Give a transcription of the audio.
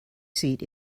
seat